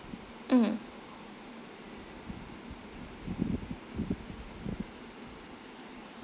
mm